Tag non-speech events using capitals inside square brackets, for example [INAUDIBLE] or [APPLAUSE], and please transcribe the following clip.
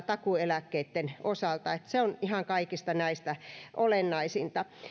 [UNINTELLIGIBLE] takuueläkkeitten osalta että se on ihan kaikista näistä olennaisinta